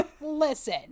Listen